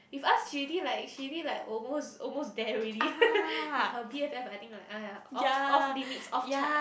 with us she already like she already like almost almost there already with her B_F_F I think like !aiya! off off limits off chart